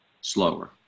slower